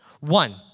One